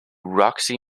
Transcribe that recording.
roxy